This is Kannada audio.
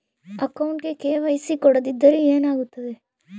ಅಕೌಂಟಗೆ ಕೆ.ವೈ.ಸಿ ಕೊಡದಿದ್ದರೆ ಏನಾಗುತ್ತೆ?